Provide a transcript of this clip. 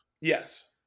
yes